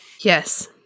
Yes